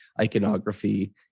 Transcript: iconography